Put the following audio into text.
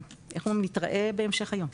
ונתראה בהמשך היום.